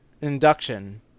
induction